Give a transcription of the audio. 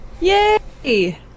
Yay